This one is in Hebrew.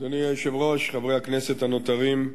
אדוני היושב-ראש, חברי הכנסת הנותרים,